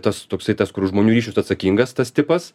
tas toksai tas kur už žmonių ryšius atsakingas tas tipas